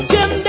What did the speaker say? Jim